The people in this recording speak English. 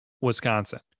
Wisconsin